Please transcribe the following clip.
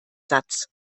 satz